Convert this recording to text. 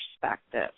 perspective